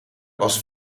was